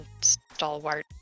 stalwart